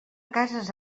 casas